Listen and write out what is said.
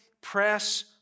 press